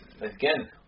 Again